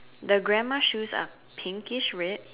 the grandma shoes are pinkish red